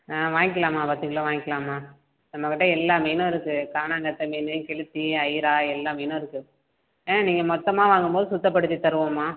ஆ வாங்கிக்கலாம்மா பத்து கிலோ வாங்கிக்கலாம்மா நம்மக்கிட்ட எல்லா மீனும் இருக்குது கானாங்கெளுத்தி மீன் கெளுத்தி அயிரை எல்லா மீனும் இருக்குது ஆ நீங்கள் மொத்தமாக வாங்கும்போது சுத்தப்படுத்தி தருவோம்மா